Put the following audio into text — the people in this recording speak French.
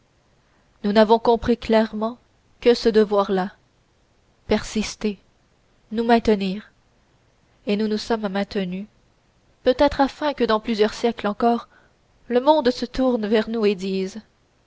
nous n'avons compris clairement que ce devoir là persister nous maintenir et nous nous sommes maintenus peut-être afin que dans plusieurs siècles encore le monde se tourne vers nous et dise